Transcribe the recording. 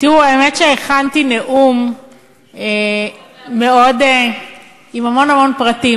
האמת שהכנתי נאום עם המון המון פרטים,